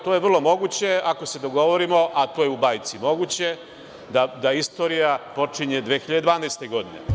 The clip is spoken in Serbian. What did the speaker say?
To je vrlo moguće, ako se dogovorimo, a to je u bajci moguće, da istorija počinje 2012. godine.